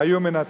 היו מנצחים.